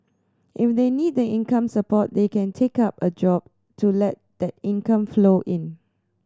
if they need the income support then they can take up a job to let that income flow in